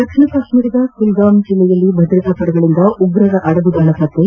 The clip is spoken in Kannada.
ದಕ್ಷಿಣ ಕಾಶ್ಚೀರದ ಕುಲ್ಗಾಮ್ ಜಿಲ್ಲೆಯಲ್ಲಿ ಭದ್ರತಾ ಪಡೆಗಳಿಂದ ಉಗ್ರರ ಅಡಗುದಾಣ ಪತ್ತೆ